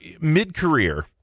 mid-career